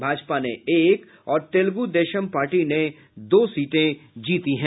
भाजपा ने एक और तेलुगु देशम पार्टी ने दो सीटें जीती हैं